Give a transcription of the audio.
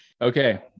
Okay